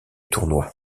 tournoi